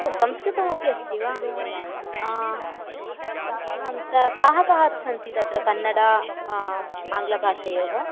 संस्कृतमपि अस्ति वा काः काः सन्ति तत्र कन्नडा आङ्ग्लभाषायोः